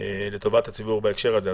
לטובת הציבור בהקשר הזה.